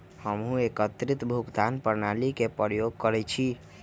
हमहु एकीकृत भुगतान प्रणाली के प्रयोग करइछि